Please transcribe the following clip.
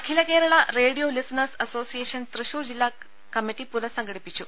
അഖില Kerala radio listeners association Thrissur ജില്ലാ committee പുനസംഘടിച്ചു